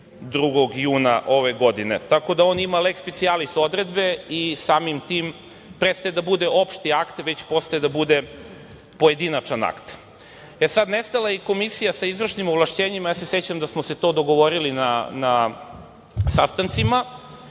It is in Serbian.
2. juna ove godine, tako da on ima leks specijalis odredbe i samim tim prestaje da bude opšti akt, već postaje pojedinačni akt. Nestala je i komisija sa izvršnim ovlašćenjima. Ja se sećam da smo se to dogovorili na sastancima